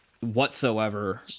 whatsoever